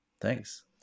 thanks